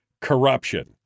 corruption